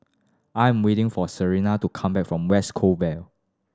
I'm waiting for Serina to come back from West Coast Vale